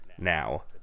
now